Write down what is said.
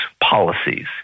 policies